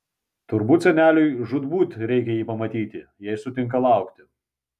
turbūt seneliui žūtbūt reikia jį pamatyti jei sutinka laukti